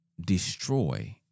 destroy